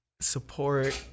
support